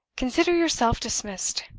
consider yourself dismissed.